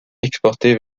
exporté